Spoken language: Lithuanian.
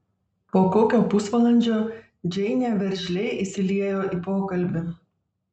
po kokio pusvalandžio džeinė veržliai įsiliejo į pokalbį